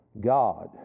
God